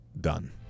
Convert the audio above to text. done